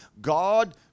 god